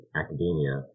academia